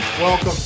Welcome